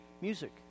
music